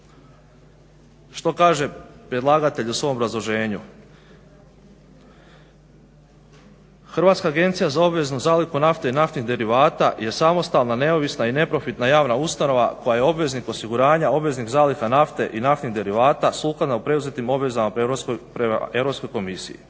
što kaže predlagatelj u svom obrazloženju? Hrvatska agencija za obveznu zalihu nafte i naftnih derivata je samostalna, neovisna i neprofitna javna ustanova koja je obveznik osiguranja, obveznik zaliha nafte i naftnih derivata sukladno preuzetim obvezama prema Europskoj komisiji.